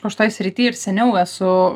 aš toj srity ir seniau esu